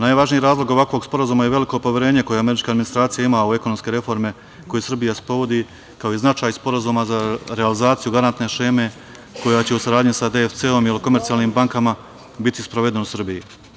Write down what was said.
Najvažniji razlog ovakvog sporazuma je veliko poverenje koje američka administracija ima u ekonomske reforme koje Srbija sprovodi, kao i značaj sporazuma za realizaciju garantne šeme koja će u saradnji sa DFC-om i komercijalnim bankama biti sproveden u Srbiji.